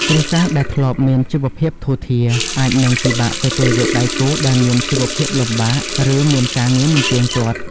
គ្រួសារដែលធ្លាប់មានជីវភាពធូរធារ អាចនឹងពិបាកទទួលយកដៃគូដែលមានជីវភាពលំបាក ឬមានការងារមិនទៀងទាត់។